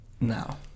now